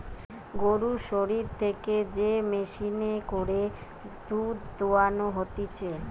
গরুর শরীর থেকে যে মেশিনে করে দুধ দোহানো হতিছে